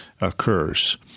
occurs